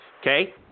Okay